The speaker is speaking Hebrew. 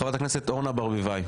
חברת הכנסת אורנה ברביבאי.